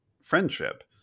friendship